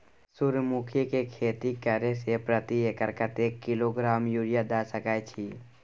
सूर्यमुखी के खेती करे से प्रति एकर कतेक किलोग्राम यूरिया द सके छी?